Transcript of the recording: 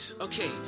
okay